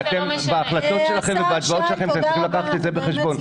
אתם בהחלטות שלכם ובהצבעות שלכם צריכים לקחת את זה בחשבון.